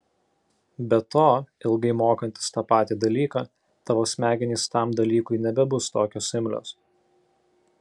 be to ilgai mokantis tą patį dalyką tavo smegenys tam dalykui nebebus tokios imlios